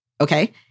Okay